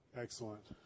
Excellent